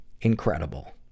Incredible